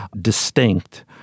distinct